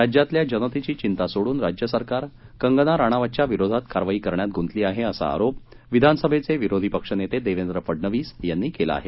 राज्यातल्या जनतेची चिंता सोडून राज्य सरकार कंगना राणावतच्या विरोधात कारवाई करण्यात गुंतली आहे असा आरोप विधानसभेचे विरोधी पक्षनेते देवेंद्र फडनवीस यांनी केला आहे